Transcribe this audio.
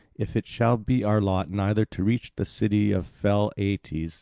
if it shall be our lot neither to reach the city of fell aeetes,